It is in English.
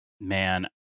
man